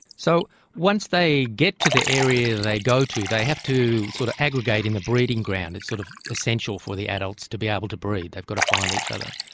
so once they get to the area they go to, they have to sort of aggregate in the breeding ground, it's sort of essential for the adults to be able to breed, they've got to find each other.